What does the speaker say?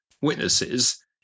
witnesses